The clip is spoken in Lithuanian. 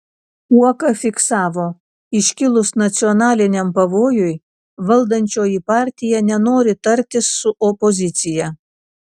uoka fiksavo iškilus nacionaliniam pavojui valdančioji partija nenori tartis su opozicija